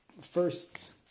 first